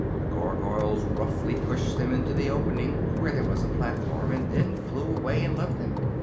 the gargoyles roughly pushed them into the opening, where there was a platform, and then flew away and left them.